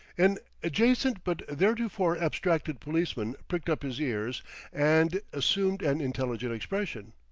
an adjacent but theretofore abstracted policeman pricked up his ears and assumed an intelligent expression.